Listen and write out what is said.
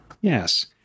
yes